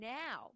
now